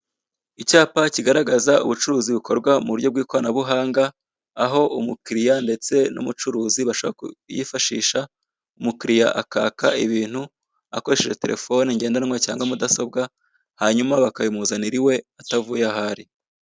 Icyapa kigaragaza ubucuruzi bukorwa mu buryo bw' ikoranabuhanga, aho umukirirya ndetse n'umucuruzi bashobora kuyifashisha. Umukiriya akaka ibintu akoresheje terefone ngendanwa cyangwa mudasobwa, hanyuma bakabimuzanira iwe atavuye aho ari.